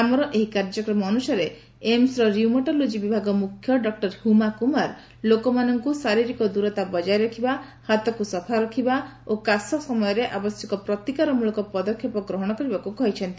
ଆମର ଏହି କାର୍ଯ୍ୟକ୍ରମ ଅନୁସାରେ ଏମ୍ସର ରିଉମାଟୋଲୋକି ବିଭାଗ ମୁଖ୍ୟ ଡକ୍ର ହୁମା କୁମାର ଲୋକମାନଙ୍କୁ ଶାରୀରିକ ଦୂରତା ବକାୟ ରଖିବା ହାତକୁ ସଫା ରଖିବା ଓ କାଶ ସମୟରେ ଆବଶ୍ୟକ ପ୍ରତିକାରମ୍ଭଳକ ପଦକ୍ଷେପ ଗ୍ରହଣ କରିବାକୁ କହିଛନ୍ତି